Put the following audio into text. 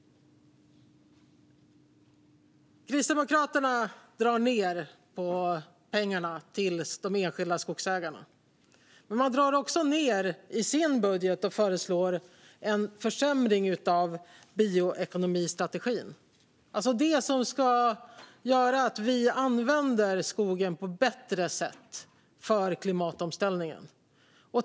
Kristdemokraterna drar ned på pengarna till de enskilda skogsägarna. Men de drar också ned i sin budget och föreslår en försämring av bioekonomistrategin, alltså det som ska göra att vi använder skogen på bättre sätt för klimatomställningen.